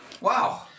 Wow